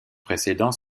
précédent